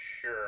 Sure